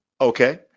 Okay